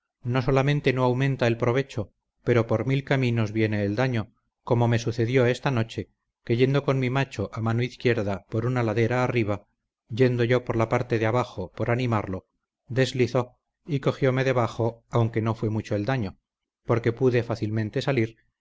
no solamente no aumenta el provecho pero por mil caminos viene el daño como me sucedió esta noche que yendo con mi macho a mano izquierda por una ladera arriba yendo yo por la parte de abajo por animarlo deslizó y cogiome debajo aunque no fue mucho el daño porque pude fácilmente salir